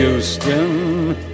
Houston